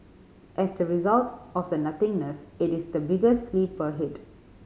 as the result of the nothingness it is the biggest sleeper hit